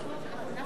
זחאלקה,